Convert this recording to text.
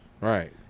Right